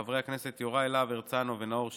חברי הכנסת יוראי להב הרצנו ונאור שירי,